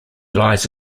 lies